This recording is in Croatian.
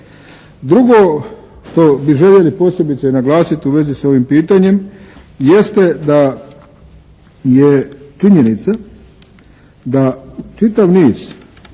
Drugo što bi željeli posebice naglasiti u vezi s ovim pitanjem jeste da je činjenica da čitav niz